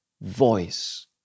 Voice